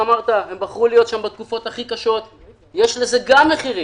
הם בחרו להיות שם בתקופות הכי קשות וגם לזה יש מחירים.